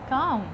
come